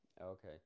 Okay